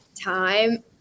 time